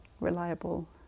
reliable